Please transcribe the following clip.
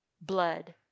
blood